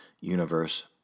universe